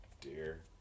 Dear